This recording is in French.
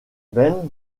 ben